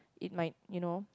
it might you know